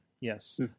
yes